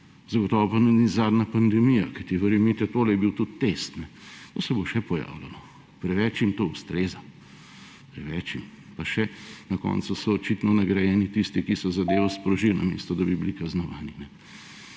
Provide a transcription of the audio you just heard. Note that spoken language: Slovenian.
zagotovo pa ni zadnja pandemija, kajti verjemite, tole je bil tudi test. To se bo še pojavljalo, prevečim to ustreza, prevečim. Pa še, na koncu so očitno nagrajeni tisti, ki so zadevo sprožili, namesto da bi bili kaznovani.